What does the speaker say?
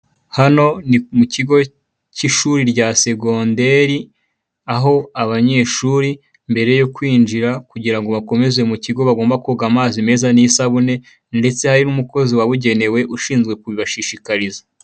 Hano ni mu kigo k'ishuri rya segonderi, aho abanyeshuri mbere yo kwinjira, kugira ngo bakomeze mu kigo bagomba koga amazi meza n'isabune, ndetse hari n'umukozi wabigenewe ugomba kubibashishikariza.